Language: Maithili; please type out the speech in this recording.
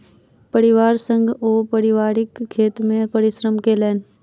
परिवार संग ओ पारिवारिक खेत मे परिश्रम केलैन